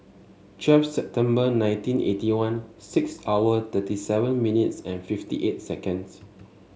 twelve September nineteen eighty one six hour thirty seven minutes and fifty eight seconds